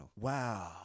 Wow